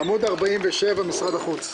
עמוד 47, משרד החוץ.